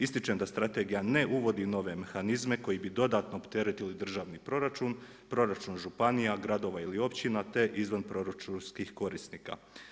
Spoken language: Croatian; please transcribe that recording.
Ističem da Strategija ne uvodi nove mehanizme koji bi dodatno opteretili državni proračun, proračun županija, gradova ili općina te izvanproračunskih korisnika.